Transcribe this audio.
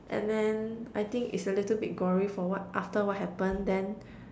and then I think it's a little bit gory for what after what happen then